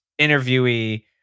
interviewee